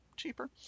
cheaper